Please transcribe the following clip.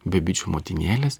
be bičių motinėlės